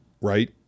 Right